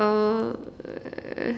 uh